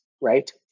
right